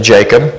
Jacob